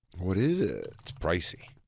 what is it? it's pricey.